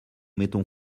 mettons